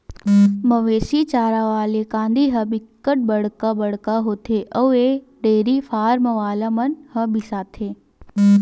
मवेशी चारा वाला कांदी ह बिकट बड़का बड़का होथे अउ एला डेयरी फारम वाला मन ह बिसाथे